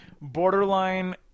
borderline